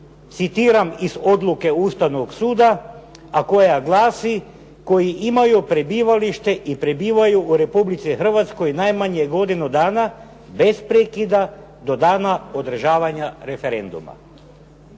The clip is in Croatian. citiram iz odluke Ustavnog suda, a koja glasi: "koji imaju prebivalište i prebivaju u Republici Hrvatskoj najmanje godinu dana, bez prekida do dana održavanja referenduma".